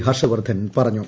ഹർഷ് വർദ്ധൻ പറഞ്ഞു